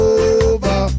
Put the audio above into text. over